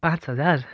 पाँच हजार